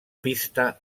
pista